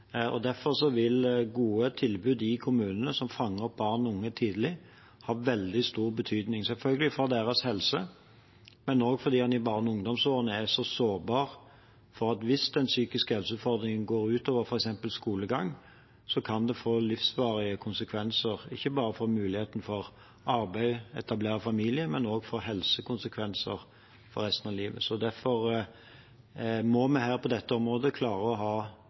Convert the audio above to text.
Derfor vil gode tilbud i kommunene som fanger opp barn og unge tidlig, ha veldig stor betydning for deres helse, selvfølgelig, men også fordi en i barne- og ungdomsårene er så sårbar: Hvis den psykiske helseutfordringen går ut over f.eks. skolegang, kan det ikke bare få livsvarige konsekvenser for muligheten for arbeid og å etablere familie, men også få helsekonsekvenser for resten av livet. Derfor må vi på dette området klare å ha